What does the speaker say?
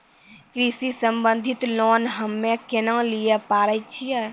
कृषि संबंधित लोन हम्मय केना लिये पारे छियै?